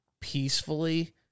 peacefully